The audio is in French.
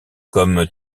comme